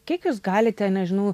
kiek jūs galite nežinau